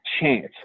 chance